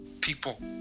people